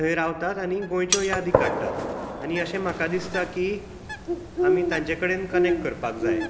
थंय रावतात आनी गोंयच्यो यादी काडटात आनी अशें म्हाका दिसता की आमी तांचे कडेन कनेक्ट करपाक जाय